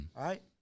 right